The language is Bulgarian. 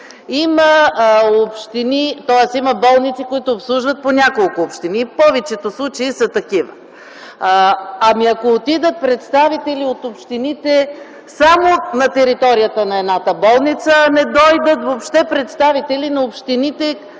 Има болници, които обслужват по няколко общини и в повечето случаи са такива. Ами, ако отидат представители от общините само на територията на едната болница, а не дойдат въобще представители на общините